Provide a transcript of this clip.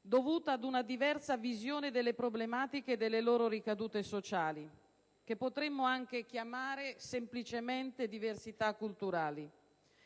dovuta ad una diversa visione delle problematiche e delle loro ricadute sociali, che potremmo anche chiamare semplicemente "diversità culturali".